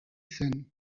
zen